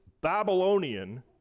Babylonian